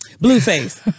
Blueface